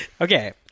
Okay